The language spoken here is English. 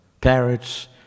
parrots